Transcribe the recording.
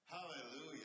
Hallelujah